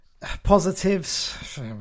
Positives